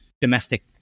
domestic